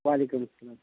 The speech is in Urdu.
و علیکم السّلام